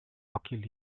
hockey